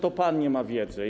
To pan nie ma wiedzy.